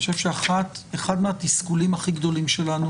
אני חושב שאחד מהתסכולים הכי גדולים שלנו